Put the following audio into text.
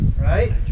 Right